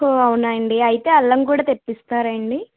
ఓహ్ అవునా అండి అయితే అల్లం కూడా తెప్పిస్తారా అండి